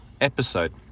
episode